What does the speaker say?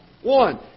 One